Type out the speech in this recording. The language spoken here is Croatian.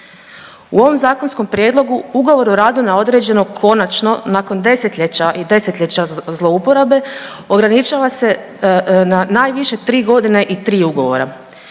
U ovom zakonskom prijedlogu, ugovor o radu na određeno, konačno, nakon desetljeća i desetljeća zlouporabe, ograničava se na najviše 3 godine i 3 ugovora,